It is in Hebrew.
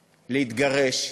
להתגרש,